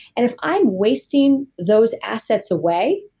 and if i'm wasting those assets away,